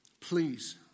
please